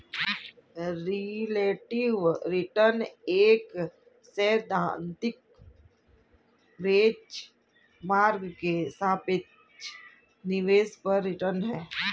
relative return एक सैद्धांतिक benchmark के सापेक्ष निवेश पर रिटर्न है